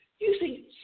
using